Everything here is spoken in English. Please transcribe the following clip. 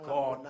God